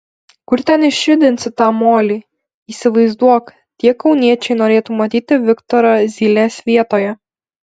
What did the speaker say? kur ten išjudinsi tą molį įsivaizduok tie kauniečiai norėtų matyti viktorą zylės vietoje